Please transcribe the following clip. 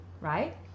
right